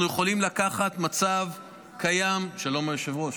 אנחנו יכולים לקחת מצב קיים, שלום, היושב-ראש.